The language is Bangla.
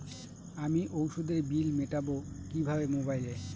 আমি ওষুধের বিল মেটাব কিভাবে মোবাইলে?